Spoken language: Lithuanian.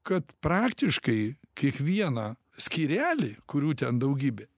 kad praktiškai kiekvieną skyrelį kurių ten daugybė